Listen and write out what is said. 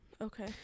Okay